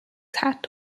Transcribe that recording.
hat